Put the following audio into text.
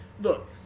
look